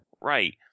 Right